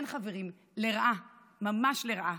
כן, חברים, לרעה, ממש לרעה.